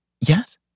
Yes